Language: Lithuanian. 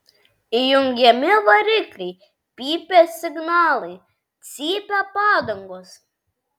įjungiami varikliai pypia signalai cypia padangos